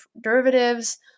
derivatives